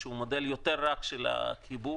זה מודל יותר רך של החיבור.